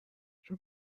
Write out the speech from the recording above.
چون